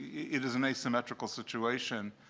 it is an asymmetrical situation.